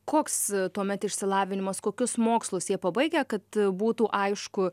koks tuomet išsilavinimas kokius mokslus jie pabaigia kad būtų aišku